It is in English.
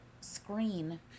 screen